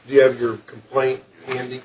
good you have your complaint handy